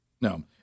No